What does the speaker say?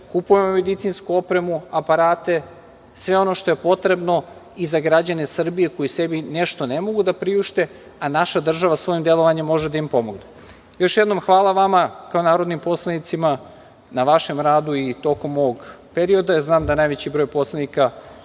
kupujemo medicinsku opremu, aparate, sve ono što je potrebno i za građane Srbije koji sebi nešto ne mogu da priušte, a naša država svojim delovanjem može da im pomogne. Još jednom, hvala vama kao narodnim poslanicima na vašem radu i tokom ovog perioda, jer znam da najveći broj poslanika,